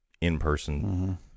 in-person